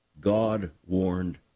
God-warned